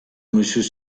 monsieur